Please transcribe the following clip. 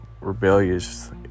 rebellious